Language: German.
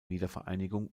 wiedervereinigung